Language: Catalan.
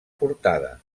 portada